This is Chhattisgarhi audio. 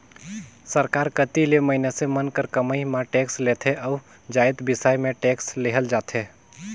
सरकार कती ले मइनसे मन कर कमई म टेक्स लेथे अउ जाएत बिसाए में टेक्स लेहल जाथे